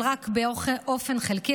אבל רק באופן חלקי,